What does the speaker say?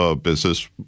business